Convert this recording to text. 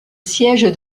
siège